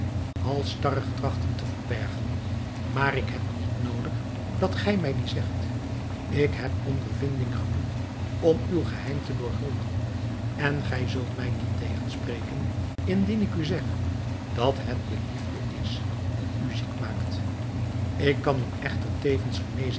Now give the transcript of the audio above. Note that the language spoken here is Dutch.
halstarrig trachten te verbergen maar ik heb niet noodig dat gij mij die zegt ik heb ondervinding genoeg om uw geheim te doorgronden en gij zult mij niet tegenspreken indien ik u zeg dat het de liefde is die u ziek maakt ik kan u echter tevens